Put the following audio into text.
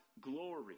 glory